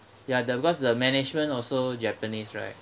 ya the because the management also japanese right